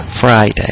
friday